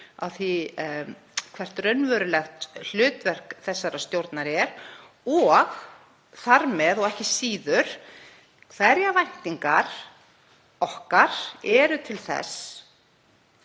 um það hvert raunverulegt hlutverk þessarar stjórnar er og þar með og ekki síður hverjar væntingar okkar eru til þess